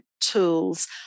tools